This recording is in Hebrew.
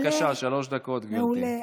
בבקשה, שלוש דקות, גברתי.